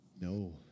No